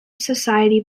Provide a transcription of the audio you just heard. society